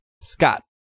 Scott